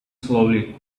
slowly